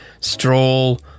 stroll